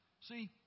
See